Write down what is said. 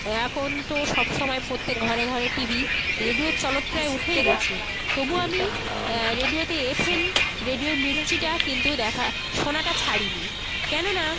এখন তো সব সময় প্রত্যেক ঘরে ঘরে টিভি রেডিওর চল প্রায় উঠেই গেছে তবুও আমি রেডিওতে এফএম রেডিও মির্চিটা কিন্তু দেখা শোনাটা ছাড়ি নি কেননা